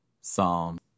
Psalm